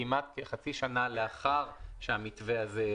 כמעט חצי שנה לאחר שהמתווה הזה,